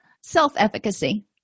self-efficacy